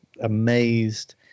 Amazed